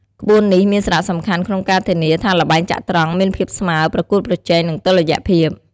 ក្បួននេះមានសារៈសំខាន់ក្នុងការធានាថាល្បែងចត្រង្គមានភាពស្មើរប្រកួតប្រជែង និងតុល្យភាព។